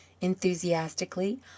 enthusiastically